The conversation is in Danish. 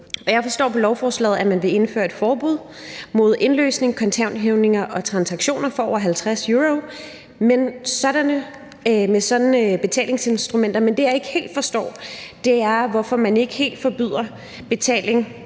Jeg forstår på lovforslaget, at man vil indføre et forbud mod indløsning, kontanthævninger og transaktioner for over 50 euro med sådanne betalingsinstrumenter, men det, jeg ikke helt forstår, er, hvorfor man ikke helt forbyder betaling